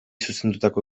zuzendutako